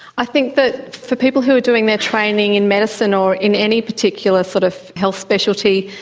i think that for people who are doing their training in medicine or in any particular sort of health speciality,